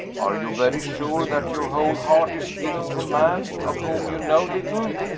are you very sure that your whole heart is given to a man of whom you know little?